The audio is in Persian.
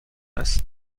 است